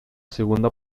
segunda